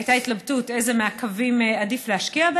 הייתה התלבטות באיזה מהקווים עדיף להשקיע,